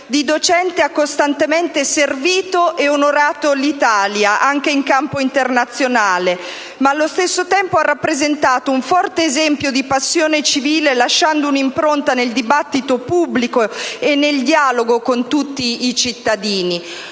di docente ha costantemente servito e onorato l'Italia anche in campo internazionale, ma allo stesso tempo ha rappresentato un forte esempio di passione civile, lasciando un'impronta nel dibattito pubblico e nel dialogo con tutti i cittadini.